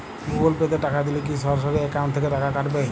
Google Pay তে টাকা দিলে কি সরাসরি অ্যাকাউন্ট থেকে টাকা কাটাবে?